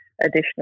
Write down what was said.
additional